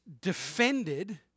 defended